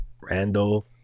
Randall